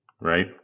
Right